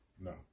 No